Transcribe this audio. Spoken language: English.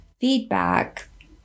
feedback